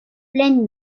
pleine